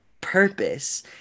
purpose